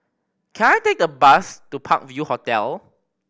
can I take the bus to Park View Hotel